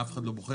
אף אחד לא בוחר,